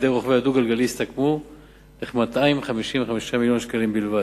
רוכבי הדו-גלגלי הסתכמו בכ-255 מיליון שקלים בלבד.